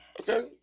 Okay